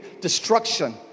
destruction